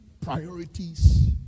priorities